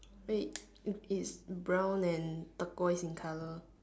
wait it is brown and turquoise in color